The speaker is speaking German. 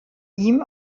ihm